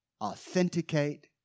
authenticate